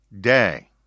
day